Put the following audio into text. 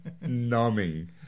numbing